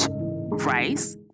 rice